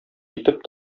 итеп